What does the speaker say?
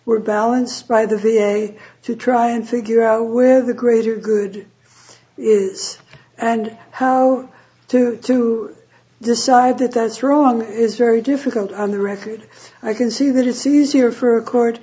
were balanced by the way to try and figure out where the greater good is and how to decide it that's wrong is very difficult on the record i can see that it's easier for a court